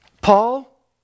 Paul